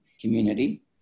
community